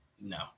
no